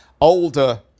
older